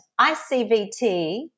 ICVT